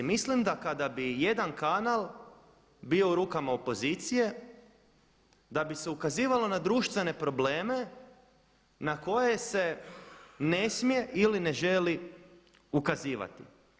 Mislim da kada bi jedan kanal bio u rukama opozicije da bi se ukazivalo na društvene probleme na koje se ne smije ili ne želi ukazivati.